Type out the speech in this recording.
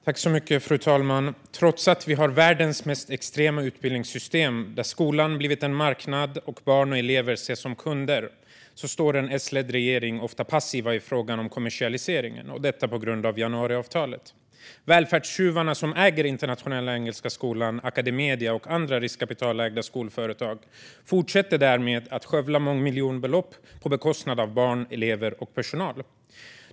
Fru talman! Trots att vi har världens mest extrema utbildningssystem, där skolan blivit en marknad och där barn och elever ses som kunder, står en S-ledd regering ofta passiv i frågan om kommersialiseringen, detta på grund av januariavtalet. Välfärdstjuvarna som äger Internationella Engelska Skolan, Academedia och andra riskkapitalägda skolföretag fortsätter därmed att skövla mångmiljonbelopp på bekostnad av barn, elever och personal.